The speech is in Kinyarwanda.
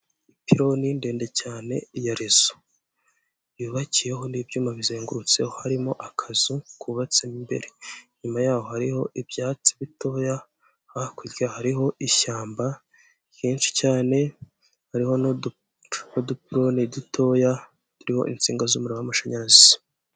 Ipironi ndende cyane ya rezo yubakiyeho n'ibyuma bizengurutseho, harimo akazu kubatse mo imbere. Inyuma y'aho harimo ibyatsi bitoya hakurya hari ishyamba ryinshi cyane, hariho n'udupironi dutoya ndetse n'insinga z'amashanyarazi.